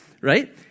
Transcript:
right